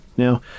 Now